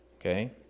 Okay